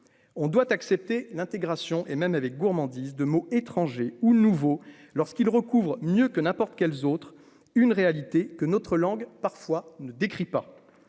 on doit accepter l'intégration et même avec gourmandise de mots étrangers ou nouveau lorsqu'il recouvre mieux que n'importe quel autre une réalité que notre langue parfois ne décrit pas,